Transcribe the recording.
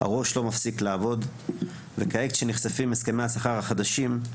הראש לא מפסיק לעבוד וכעת שנחשפים הסכמי השכר החדשים,